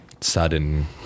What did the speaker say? sudden